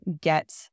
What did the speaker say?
get